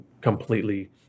completely